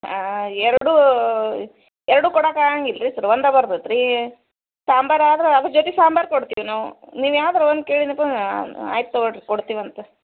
ಹಾಂ ಎರಡು ಎರಡು ಕೊಡಕೆ ಆಗಂಗೆ ಇಲ್ರಿ ಸರ್ ಒಂದೇ ಬರ್ತತೆ ರೀ ಸಾಂಬಾರು ಆದ್ರೆ ಅದ್ರ ಜೊತೆ ಸಾಂಬಾರು ಕೊಡ್ತೀವಿ ನಾವು ನೀವು ಯಾವ್ದಾರು ಒಂದು ಕೇಳಿದೆನಪ್ಪ ಆಯ್ತು ತಗೊಳ್ಳಿ ರೀ ಕೊಡ್ತಿವಿ ಅಂತ